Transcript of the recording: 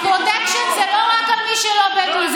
הפרוטקשן זה לא רק על מי שלא בדואי,